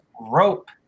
Rope